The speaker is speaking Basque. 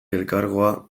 elkargoa